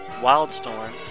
Wildstorm